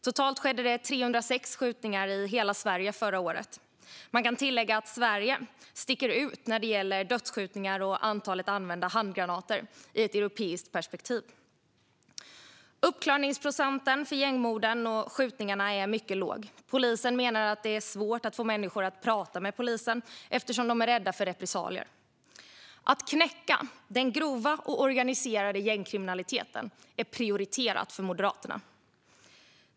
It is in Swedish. Totalt skedde det 306 skjutningar i hela Sverige förra året. Man kan tillägga att Sverige sticker ut när det gäller dödsskjutningar och antalet använda handgranater - i ett europeiskt perspektiv. Uppklaringsprocenten för gängmorden och skjutningarna är mycket låg. Polisen menar att det är svårt att få människor att prata med polisen eftersom de är rädda för repressalier. Att knäcka den grova och organiserade gängkriminaliteten är prioriterat för Moderaterna.